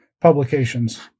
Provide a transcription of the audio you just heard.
publications